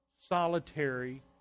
solitary